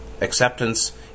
Acceptance